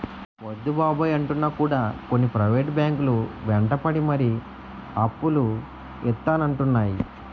వద్దు బాబోయ్ అంటున్నా కూడా కొన్ని ప్రైవేట్ బ్యాంకు లు వెంటపడి మరీ అప్పులు ఇత్తానంటున్నాయి